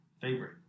favorite